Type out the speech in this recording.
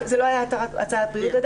זאת עדיין לא הייתה הצהרת בריאות.